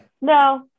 No